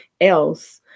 else